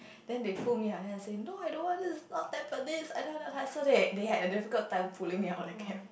then they pull me out then I say no I don't want this is not Tampines I don't want don't want so they had a difficult time pulling me out of a cab